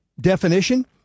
definition